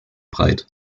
breit